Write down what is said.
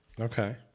Okay